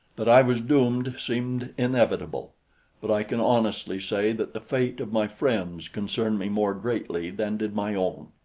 that i was doomed seemed inevitable but i can honestly say that the fate of my friends concerned me more greatly than did my own.